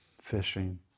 fishing